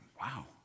Wow